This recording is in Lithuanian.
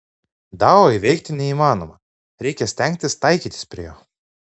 dao įveikti neįmanoma reikia stengtis taikytis prie jo